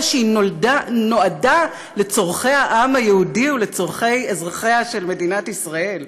אלא היא נועדה לצורכי העם היהודי ולצורכי אזרחיה של מדינת ישראל.